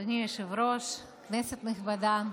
אדוני היושב-ראש, כנסת נכבדה,